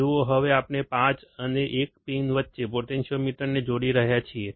જુઓ હવે આપણે 5 અને 1 પિન વચ્ચે પોટેન્ટીયોમીટરને જોડી રહ્યા છીએ